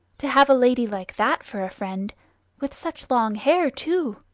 to have a lady like that for a friend with such long hair, too!